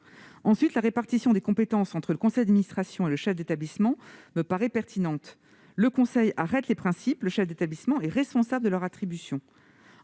Ensuite, la répartition des compétences entre le conseil d'administration et le chef d'établissement me paraît pertinente : le conseil arrête les principes et le chef d'établissement est responsable de l'attribution.